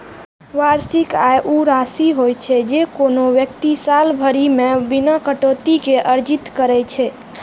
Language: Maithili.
वार्षिक आय ऊ राशि होइ छै, जे कोनो व्यक्ति साल भरि मे बिना कटौती के अर्जित करै छै